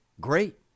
Great